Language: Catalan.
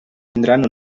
tindran